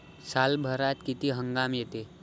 सालभरात किती हंगाम येते?